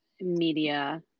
media